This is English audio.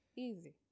easy